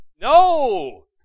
No